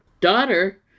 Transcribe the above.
daughter